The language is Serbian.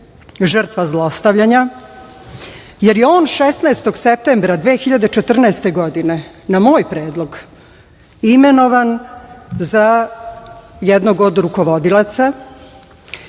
žrtva zlostavljanja jer je on 16. septembra 2014. godine na moj predlog imenovan za jednog od rukovodioca,